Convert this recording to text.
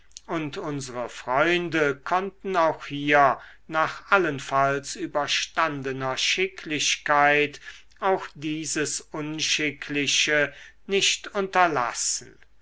und unsre freunde konnten auch hier nach allenfalls überstandener schicklichkeit auch dieses unschickliche nicht unterlassen